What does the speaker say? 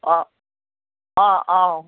অঁ অঁ অঁ